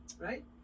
right